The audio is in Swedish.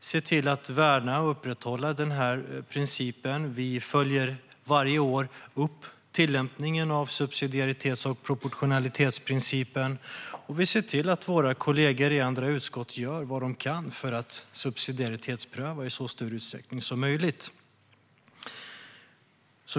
ser till att värna och upprätthålla den här principen. Vi följer varje år upp tillämpningen av subsidiaritets och proportionalitetsprincipen, och vi ser till att våra kollegor i andra utskott gör vad de kan för att subsidiaritetspröva i så stor utsträckning som möjligt.